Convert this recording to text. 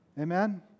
Amen